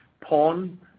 pawn